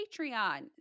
Patreon